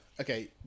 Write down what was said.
Okay